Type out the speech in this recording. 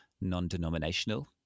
non-denominational